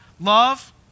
love